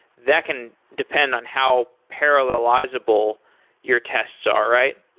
that can depend on how parallelizable your tests are, right?